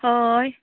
हय